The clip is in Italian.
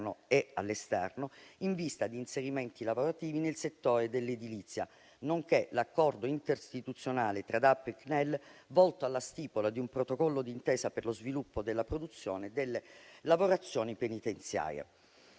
e all'esterno, in vista di inserimenti lavorativi nel settore dell'edilizia, nonché l'accordo interistituzionale tra DAP e CNEL volto alla stipula di un protocollo d'intesa per lo sviluppo della produzione delle lavorazioni penitenziarie.